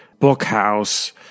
Bookhouse